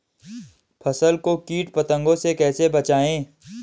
फसल को कीट पतंगों से कैसे बचाएं?